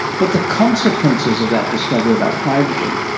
but the consequences of that discovery about hydrogen,